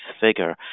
figure